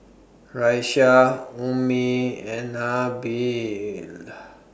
Raisya Ummi and Nabil